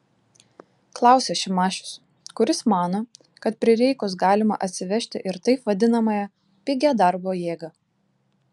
klausia šimašius kuris mano kad prireikus galima atsivežti ir taip vadinamą pigią darbo jėgą